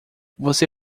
você